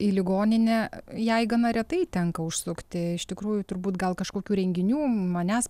į ligoninę jai gana retai tenka užsukti iš tikrųjų turbūt gal kažkokių renginių manęs